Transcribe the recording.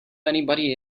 anybody